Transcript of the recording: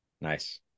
Nice